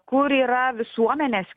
kur yra visuomenės